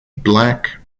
black